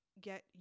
get